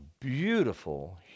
beautiful